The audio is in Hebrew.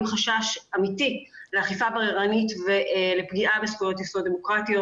חשש אמיתי לאכיפה בררנית ולפגיעה בזכויות יסוד דמוקרטיות.